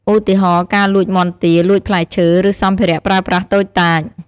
ឧទាហរណ៍ ការលួចមាន់ទា លួចផ្លែឈើ ឬសម្ភារៈប្រើប្រាស់តូចតាច។